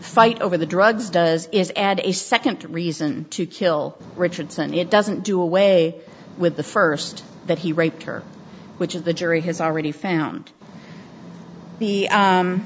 fight over the drugs does is add a second reason to kill richardson it doesn't do away with the first that he raped her which is the jury has already found the